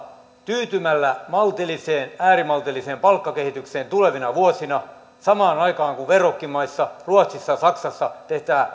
tyytymällä äärimaltilliseen äärimaltilliseen palkkakehitykseen tulevina vuosina samaan aikaan kun verrokkimaissa ruotsissa ja saksassa